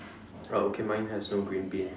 oh okay mine has no green beans